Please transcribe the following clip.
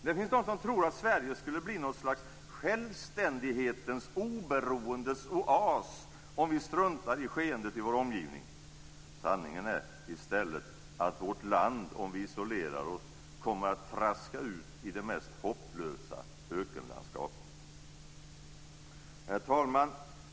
Det finns de som tror att Sverige skulle bli något slags självständighetens och oberoendets oas om vi struntar i skeendet i vår omgivning. Sanningen är i stället att vårt land, om vi isolerar oss, kommer att traska ut i det mest hopplösa ökenlandskap. Herr talman!